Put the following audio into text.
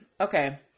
Okay